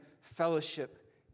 fellowship